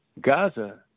Gaza